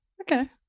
Okay